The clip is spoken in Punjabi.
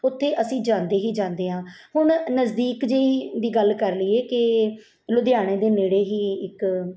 ਉੱਥੇ ਅਸੀਂ ਜਾਂਦੇ ਹੀ ਜਾਂਦੇ ਹਾਂ ਹੁਣ ਨਜ਼ਦੀਕ ਜਿਹੀ ਦੀ ਗੱਲ ਕਰ ਲਈਏ ਕਿ ਲੁਧਿਆਣੇ ਦੇ ਨੇੜੇ ਹੀ ਇੱਕ